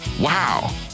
wow